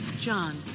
John